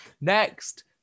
Next